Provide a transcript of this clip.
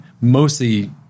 mostly